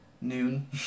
noon